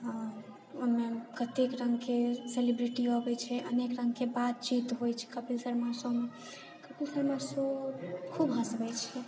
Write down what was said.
ओहिमे कते रङ्गके सेलिब्रिटी अबैत छै अनेक रङ्गके बातचीत होइत छै कपिल शर्मा शोमे कपिल शर्मा शो खूब हँसबैत छै